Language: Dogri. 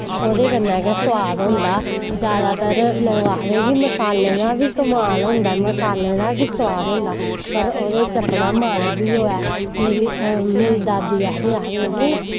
ओह्दे कन्नै गै सोआद होंदा जैदातर लोक आखदे कि मसालें दा बी कमाल होंदा मसाले दा बी सोआद होंदा पर ओह्दे च अपना मन बी होऐ मेरी मेरी दादी आखदी आखदी आखदी